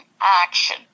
action